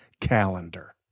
calendar